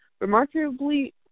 remarkably